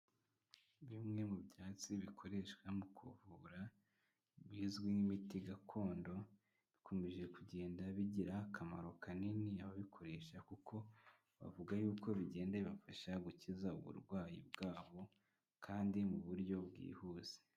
Bimwe mu byatsi bikoreshwa mu kuvura bizwi nk'imiti gakondo, bikomeje kugenda bigira akamaro kanini ababikoresha, kuko bavuga yuko bigenda bifasha gukiza uburwayi bwabo, kandi mu buryo bwihuse.